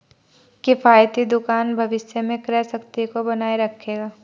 किफ़ायती दुकान भविष्य में क्रय शक्ति को बनाए रखेगा